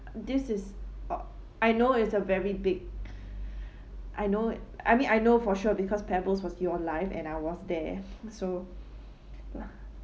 this is uh I know is a very big I know I mean I know for sure because pebbles was your life and I was there so ya